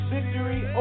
Victory